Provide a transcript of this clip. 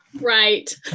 Right